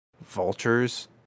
vultures